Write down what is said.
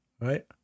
Right